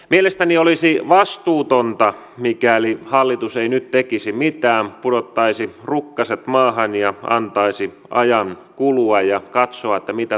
mielestäni olisi vastuutonta mikäli hallitus ei nyt tekisi mitään pudottaisi rukkaset maahan ja antaisi ajan kulua ja katsoisi mitä tapahtuu